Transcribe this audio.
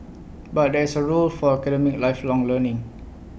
but there is A role for academic lifelong learning